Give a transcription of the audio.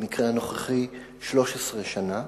במקרה הנוכחי 13 שנה,